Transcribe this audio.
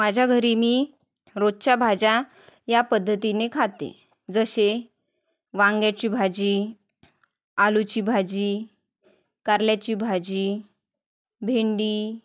माझ्या घरी मी रोजच्या भाज्या या पद्धतीने खाते जसे वांग्याची भाजी आलूची भाजी कारल्याची भाजी भेंडी